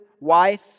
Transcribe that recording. wife